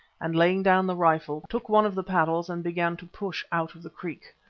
and laying down the rifle, took one of the paddles and began to push out of the creek.